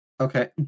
Okay